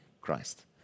Christ